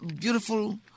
beautiful